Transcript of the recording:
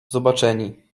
zobaczeni